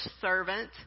servant